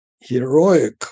heroic